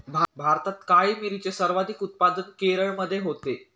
भारतात काळी मिरीचे सर्वाधिक उत्पादन केरळमध्ये होते